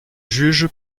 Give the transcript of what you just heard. juge